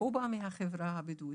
הוא בא מהחברה הבדואית.